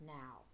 now